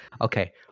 Okay